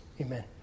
Amen